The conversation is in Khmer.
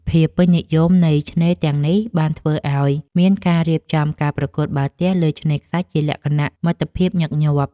ភាពពេញនិយមនៃឆ្នេរទាំងនេះបានធ្វើឱ្យមានការរៀបចំការប្រកួតបាល់ទះលើឆ្នេរខ្សាច់ជាលក្ខណៈមិត្តភាពញឹកញាប់។